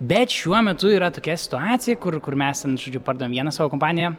bet šiuo metu yra tokia situacija kur kur mes ten žodžiu pardavėm vieną savo kompaniją